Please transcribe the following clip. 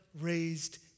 raised